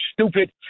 stupid